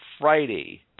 Friday